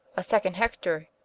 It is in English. a second hector,